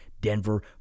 Denver